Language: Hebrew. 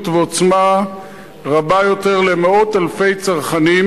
ועוצמה רבה יותר למאות אלפי צרכנים,